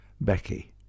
Becky